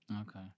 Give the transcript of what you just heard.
Okay